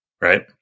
right